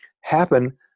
happen